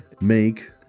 make